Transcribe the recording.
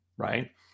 right